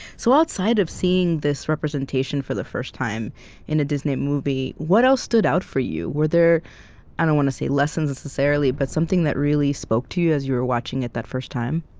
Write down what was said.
so outside of seeing this representation for the first time in a disney movie, what else stood out for you? were there i don't want to say lessons, necessarily, but something that really spoke to you as you were watching it that first time?